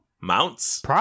Mounts